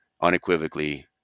unequivocally